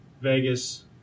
Vegas